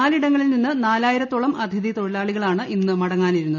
നാലിടങ്ങളിൽ നിന്ന് നാലായിരത്തോളം അതിഥി തൊഴിലാളികളാണ് ഇന്ന് മടങ്ങാനിരുന്നത്